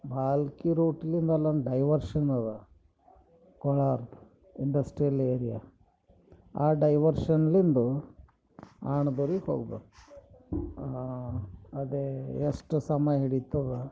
ಭಾಲ್ಕಿ ರೂಟ್ಲಿಂದ ಅಲ್ಲೊಂದು ಡೈವರ್ಷನ್ನದ ಕೋಲಾರ ಇಂಡಸ್ಟ್ರಿಯಲ್ ಏರಿಯಾ ಆ ಡೈವರ್ಷನ್ಲಿಂದ ಆಣದೂರಿಗೆ ಹೋಗ್ಬೇಕು ಮತ್ತೆ ಎಷ್ಟು ಸಮಯ ಹಿಡೀತದ